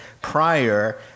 prior